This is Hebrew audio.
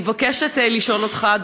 אני מבקשת לשאול אותך,